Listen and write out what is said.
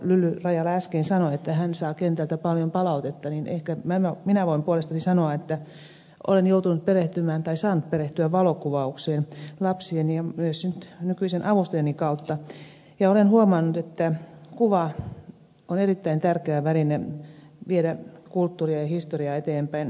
lyly rajala äsken sanoi että hän saa kentältä paljon palautetta niin ehkä minä voin puolestani sanoa että olen saanut perehtyä valokuvaukseen lapsieni ja myös nyt nykyisen avustajani kautta ja olen huomannut että kuva on erittäin tärkeä väline viedä kulttuuria ja historiaa eteenpäin